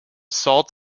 salt